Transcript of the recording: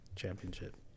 championship